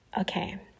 Okay